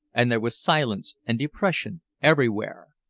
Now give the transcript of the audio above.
and there was silence and depression everywhere.